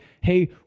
Hey